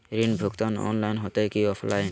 ऋण भुगतान ऑनलाइन होते की ऑफलाइन?